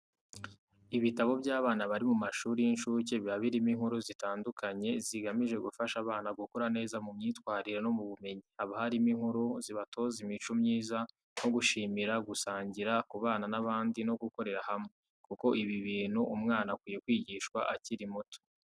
Ibitabo by'abana bari mu mashuri y'incuke biba birimo inkuru zitandukanye zigamije gufasha abana gukura neza mu myitwarire no mu bumenyi. Haba harimo inkuru zibatoza imico myiza nko gushimira, gusangira, kubana n'abandi no gukorera hamwe, kuko ibi ni ibintu umwana akwiye kwigishwa akiri muto.